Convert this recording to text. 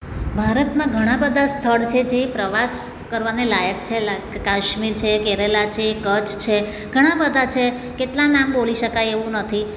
ભારતમાં ઘણા બધા સ્થળ છે જે પ્રવાસ કરવાને લાયક છે લાઇક કાશ્મીર છે કેરેલા છે કચ્છ છે ઘણાબધા છે કેટલા નામ બોલી શકાય એવું નથી